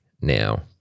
now